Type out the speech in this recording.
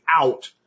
out